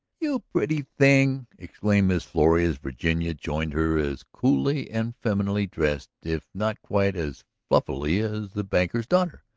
you pretty thing! exclaimed miss florrie as virginia joined her as coolly and femininely dressed, if not quite as fluffily, as the banker's daughter.